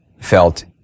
felt